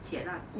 铁蛋